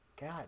God